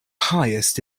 highest